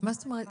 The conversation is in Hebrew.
מה זאת אומרת?